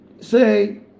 say